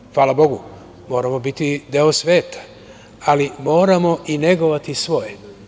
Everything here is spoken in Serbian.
Bogu hvala, moramo biti deo sveta, ali moramo i negovati svoje.